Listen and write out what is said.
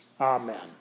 amen